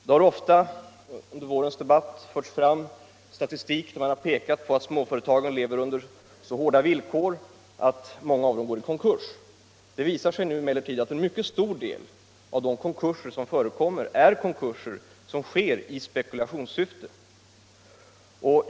Det har ofta under vårens debatt förts fram statistik där man har pekat på att småföretagen lever under så hårda villkor att många av dem går i konkurs. Det visar sig emellertid att en mycket stor del av konkurserna sker i spekulationssyfte.